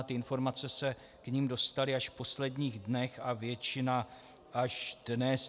Ty informace se k nim dostaly až v posledních dnech a většina až dnes.